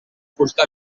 fusta